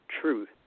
truth